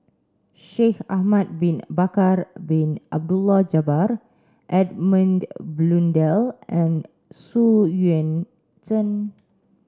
Shaikh Ahmad Bin Bakar Bin Abdullah Edmund Blundell and Xu Yuan Zhen